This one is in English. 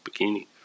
bikini